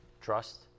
trust